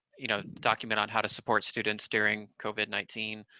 you know, document on how to support students during covid nineteen,